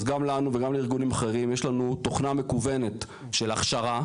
אז גם לנו וגם לארגונים אחרים יש לנו תוכנה מקוונת של הכשרה,